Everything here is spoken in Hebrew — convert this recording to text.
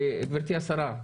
גבירתי השרה,